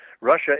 Russia